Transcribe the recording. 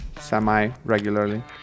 Semi-regularly